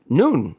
noon